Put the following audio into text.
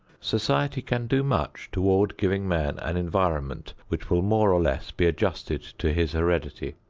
society can do much toward giving man an environment which will more or less be adjusted to his heredity.